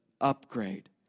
upgrade